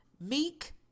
Meek